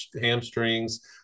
hamstrings